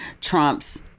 trumps